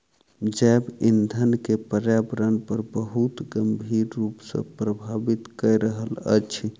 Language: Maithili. जैव ईंधन के पर्यावरण पर बहुत गंभीर रूप सॅ प्रभावित कय रहल अछि